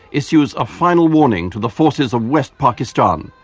issues a final warning to the forces of west pakistan,